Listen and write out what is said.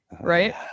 right